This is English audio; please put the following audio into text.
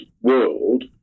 world